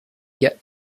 yet